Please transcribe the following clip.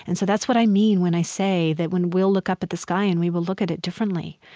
and so that's what i mean when i say that when we'll look up at the sky and we will look at it differently.